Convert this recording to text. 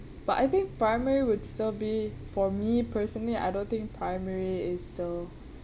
but I think primary would still be for me personally I don't think primary is the